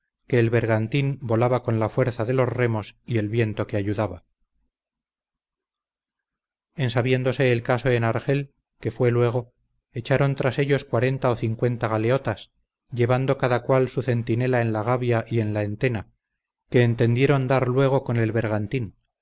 el bergantín volaba con la fuerza de los remos y el viento que ayudaba en sabiéndose el caso en argel que fue luego echaron tras ellos cuarenta o cincuenta galeotas llevando cada cual su centinela en la gavia y en la entena que entendieron dar luego con el bergantín